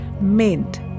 mint